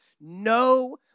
no